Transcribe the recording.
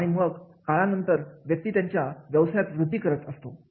आणि मग काळानंतर व्यक्ती त्याच्या व्यवसायात वृद्धी करत असतो